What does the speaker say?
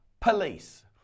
Police